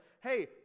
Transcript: hey